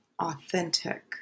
authentic